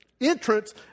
entrance